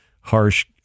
harsh